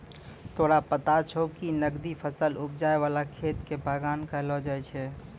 तोरा पता छौं कि नकदी फसल उपजाय वाला खेत कॅ बागान कहलो जाय छै